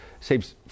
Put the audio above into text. saves